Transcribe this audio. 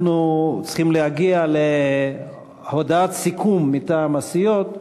צריכים להגיע להודעת סיכום מטעם הסיעות.